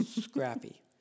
Scrappy